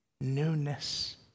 newness